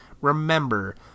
remember